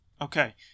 Okay